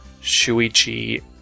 Shuichi